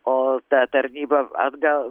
o ta tarnyba atgal